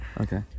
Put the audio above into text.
Okay